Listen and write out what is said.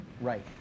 Right